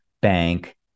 bank